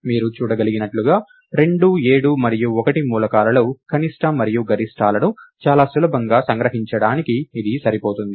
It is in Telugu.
మీరు చూడగలిగినట్లుగా 2 7 మరియు 1 మూలకాలలో కనిష్ట మరియు గరిష్టాలను చాలా సులభంగా సంగ్రహించడానికి ఇది సరిపోతుంది